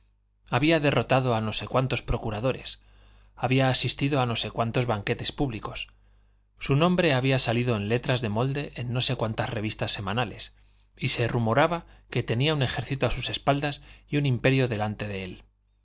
había derrotado a no sé cuántos procuradores había asistido a no sé cuántos banquetes públicos su nombre había salido en letras de molde en no sé cuántas revistas semanales y se rumoraba que tenía un ejército a sus espaldas y un imperio delante de él